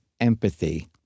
empathy